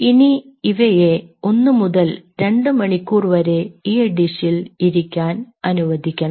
ഇനി ഇവയെ ഒന്നു മുതൽ രണ്ടു മണിക്കൂർ വരെ ഈ ഡിഷിൽ ഇരിക്കാൻ അനുവദിക്കണം